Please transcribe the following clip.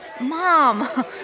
Mom